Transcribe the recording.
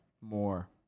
more